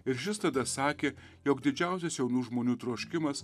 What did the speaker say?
ir šis tada sakė jog didžiausias jaunų žmonių troškimas